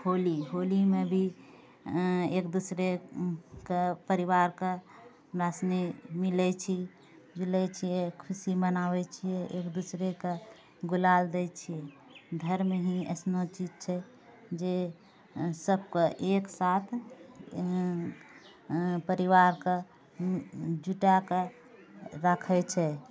होली होलीमे भी एक दोसराके परिवारके हमरा सनि मिलै छी मिलै छिए खुशी मनाबै छिए एक दोसराके गुलाल दै छिए धर्म ही अइसनो चीज छिए जे सबके एकसाथ परिवारके जुटाकऽ राखै छै